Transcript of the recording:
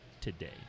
today